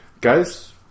Guys